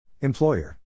Employer